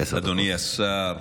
אדוני השר,